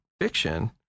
fiction